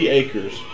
acres